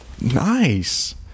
Nice